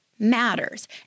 matters